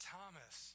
Thomas